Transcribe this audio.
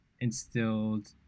instilled